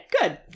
good